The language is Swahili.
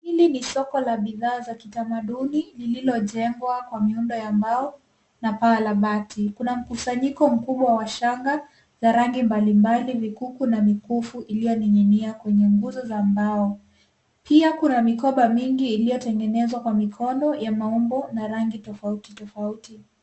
Hili ni soko la bidhaa za kitamaduni lililojengwa kwa miundo ya mbao na paa la bati. Kuna mkusanyiko mkubwa wa shanga za rangi mbalimbali mikuku na mikufu iliyoning'inia kwenye nguzo za mbao. Pia kuna mikoba mingi iliyotengenezwa kwa mikondo ya maumbo na rangi tofauti tofauti.